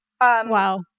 Wow